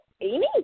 Amy